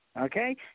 Okay